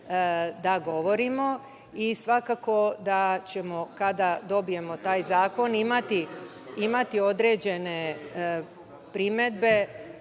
da govorimo. Svakako da ćemo kada dobijemo taj zakon imati određene primedbe